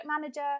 manager